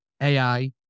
AI